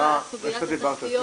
מה שאמרת,